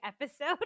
episode